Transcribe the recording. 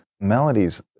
melodies